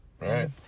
Right